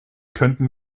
könnten